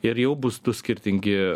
ir jau bus du skirtingi